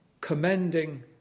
commending